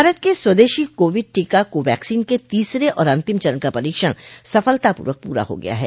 भारत के स्वदेशी कोविड टीका कोवैक्सीन के तीसरे और अंतिम चरण का परीक्षण सफलतापूर्वक पूरा हो गया है